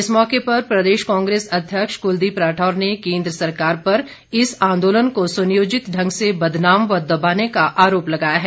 इस मौके पर प्रदेश कांग्रेस अध्यक्ष कुलदीप राठौर ने केन्द्र सरकार पर इस आंदोलन को सुनियोजित ढंग से बदनाम व दबाने का आरोप लगाया है